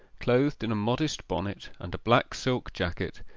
clothed in a modest bonnet, and a black silk jacket,